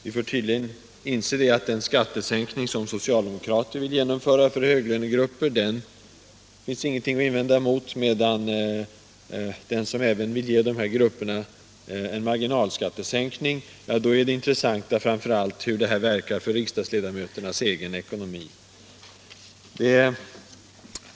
Vi får tydligen inse att den skattesänkning som socialdemokrater vill genomföra för höglönegrupper finns det ingenting att invända mot, medan det intressanta när det gäller den som även vill ge de här grupperna Allmänpolitisk debatt Allmänpolitisk debatt en marginalskattesänkning framför allt är hur detta verkar för riksdagsmännens egen ekonomi.